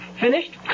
Finished